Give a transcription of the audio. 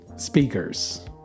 speakers